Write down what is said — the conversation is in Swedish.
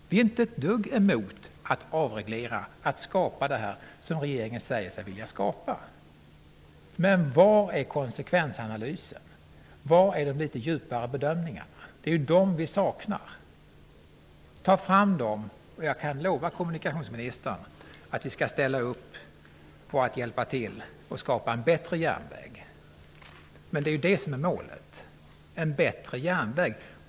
Vi är inte ett dugg emot att avreglera, att skapa det som regeringen säger sig vilja skapa. Men var är konsekvensanalysen? Var är de litet djupare bedömningarna? Vi saknar dem. Ta fram dem, och jag kan lova kommunikationsministern att vi skall ställa upp på att hjälpa till och skapa en bättre järnväg. Det är ju målet: en bättre järnväg.